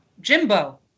Jimbo